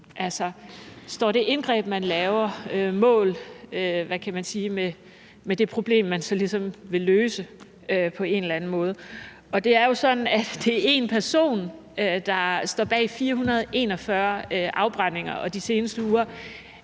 altså om det indgreb, man laver, står mål med, hvad kan man sige, det problem, man så ligesom vil løse på en eller anden måde. Det er jo sådan, at det er én person, der står bag 441 afbrændinger, og de seneste uger